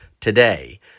today